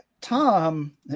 Tom